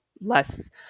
less